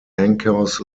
anchors